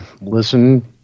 listen